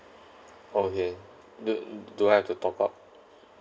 okay do do I have to top up